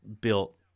built